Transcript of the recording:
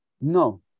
No